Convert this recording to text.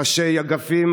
ראשי אגפים,